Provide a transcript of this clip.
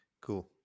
Cool